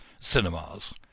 cinemas